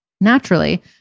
Naturally